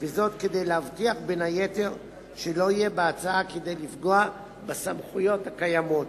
כדי להבטיח בין היתר שלא יהיה בהצעה כדי לפגוע בסמכויות הקיימות.